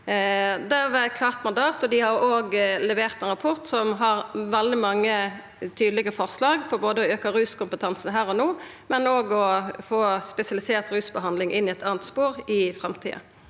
dei har òg levert ein rapport som har veldig mange tydelege forslag, både om å auka ruskompetansen her og no, og om å få spesialisert rusbehandling inn i eit anna spor i framtida.